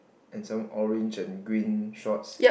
and some orange and green shorts